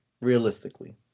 realistically